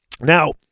Now